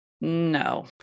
No